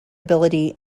ability